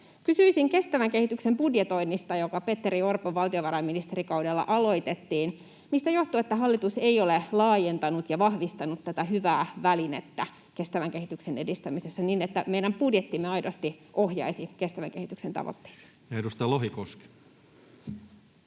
Kysyisin kestävän kehityksen budjetoinnista, joka Petteri Orpon valtiovarainministerikaudella aloitettiin. Mistä johtuu, että hallitus ei ole laajentanut ja vahvistanut tätä hyvää välinettä kestävän kehityksen edistämisessä, niin että meidän budjettimme aidosti ohjaisi kestävän kehityksen tavoitteisiin? Ja edustaja Lohikoski.